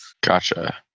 Gotcha